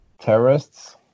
terrorists